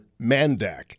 Mandak